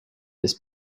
this